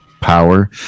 power